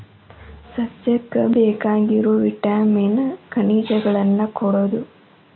ಸಸ್ಯಕ್ಕ ಬೇಕಾಗಿರು ವಿಟಾಮಿನ್ ಖನಿಜಗಳನ್ನ ಕೊಡುದು